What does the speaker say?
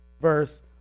verse